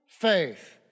Faith